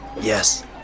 yes